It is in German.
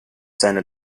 seine